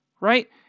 Right